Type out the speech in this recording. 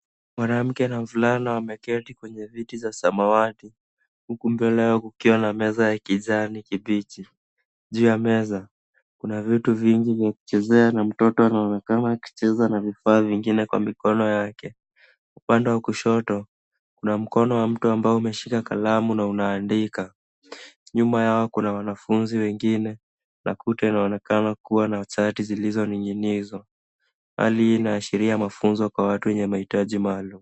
Mwanamke na mvulana wameketi kwenye viti za samawati, huku mbele yao kukiwa na meza ya kijani kibichi. Juu ya meza kuna vitu vingi vya kuchezea na mtoto anaonekana akicheza na vifaa vingine kwa mikono yake. Upande wa kushoto, kuna mkono wa mtu ambao umeshika kalamu na unaandika. Nyuma yao kuna wanafunzi wengine na kuta inaonekana kuwa na chati zilizoning'inizwa. Hali hii inaashria mafunzo kwa watu wenye mahitaji maalum.